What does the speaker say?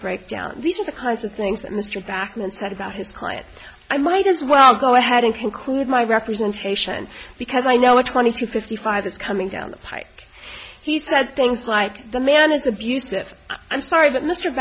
breakdown these are the kinds of things that mr backman said about his client i might as well go ahead and conclude my representation because i know what twenty to fifty five is coming down the pike he said things like the man is abusive i'm sorry but mr